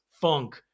funk